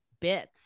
bits